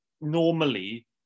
normally